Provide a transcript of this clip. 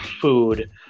food